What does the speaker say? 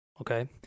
Okay